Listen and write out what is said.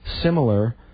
similar